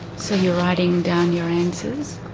so you're writing down your answers,